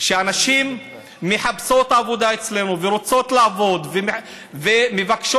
שהנשים אצלנו מחפשות עבודה ורוצות לעבוד ומבקשות